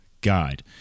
guide